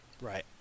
right